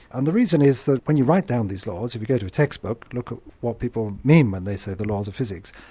and the reason is that when you write down these laws, if you go to a textbook and look at what people mean when they say the laws of physics,